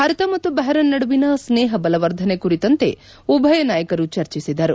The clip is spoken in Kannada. ಭಾರತ ಮತ್ತು ಬಹರೇನ್ ನಡುವಿನ ಸ್ನೇಹ ಬಲವರ್ಧನೆ ಕುರಿತಂತೆ ಉಭಯ ನಾಯಕರು ಚರ್ಚಿಸಿದರು